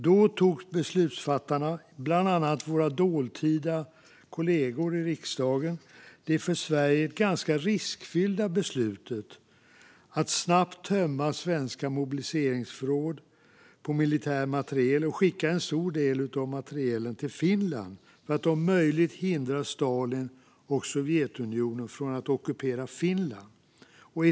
Då tog beslutsfattarna, bland annat våra dåtida kollegor i riksdagen, det för Sverige ganska riskfyllda beslutet att snabbt tömma svenska mobiliseringsförråd på militär materiel och skicka en stor del av materielen till Finland för att om möjligt hindra Stalin och Sovjetunionen från att ockupera Finland.